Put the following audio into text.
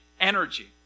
Energy